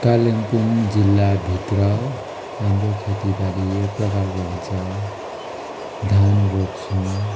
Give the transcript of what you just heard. कालिम्पोङ जिल्लाभित्र हाम्रो खेतीबाली यो प्रकारको हुन्छ धान रोप्छौँ